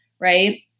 right